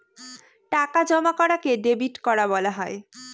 টাকা জমা করাকে ডেবিট করা বলা হয়